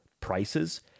prices